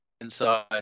inside